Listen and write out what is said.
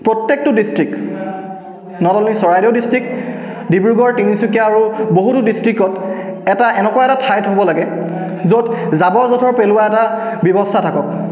প্ৰত্যেকটো district not only Charaideo district Dibrugarh Tinsukia আৰু বহুতো ডিষ্ট্ৰিক্টত এটা এনেকুৱা এটা ঠাই থ'ব লাগে য'ত জাবৰ জোঁথৰ পেলোৱা এটা ব্যৱস্থা থাকক